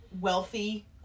wealthy